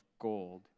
gold